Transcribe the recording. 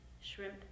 shrimp